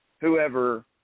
Whoever